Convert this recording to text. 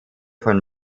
von